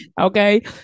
okay